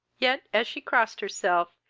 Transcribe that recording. yet, as she crossed herself,